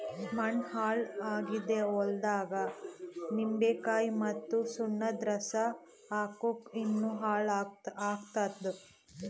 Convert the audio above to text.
ಮಣ್ಣ ಹಾಳ್ ಆಗಿದ್ ಹೊಲ್ದಾಗ್ ನಿಂಬಿಕಾಯಿ ಮತ್ತ್ ಸುಣ್ಣದ್ ರಸಾ ಹಾಕ್ಕುರ್ ಇನ್ನಾ ಹಾಳ್ ಆತ್ತದ್